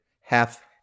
Half